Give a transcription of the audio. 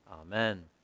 Amen